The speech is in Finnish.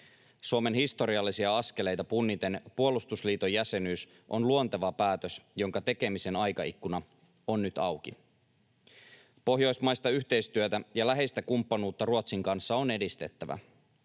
Suomen historiallisia askeleita punniten puolustusliiton jäsenyys on luonteva päätös, jonka tekemisen aikaikkuna on nyt auki. Pohjoismaista yhteistyötä ja läheistä kumppanuutta Ruotsin kanssa on edistettävä.